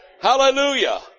Hallelujah